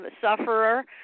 sufferer